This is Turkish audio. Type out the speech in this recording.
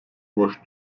boş